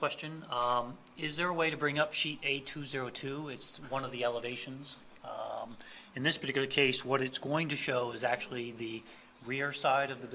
question is there a way to bring up she a two zero two it's one of the elevations in this particular case what it's going to show is actually the rear side of the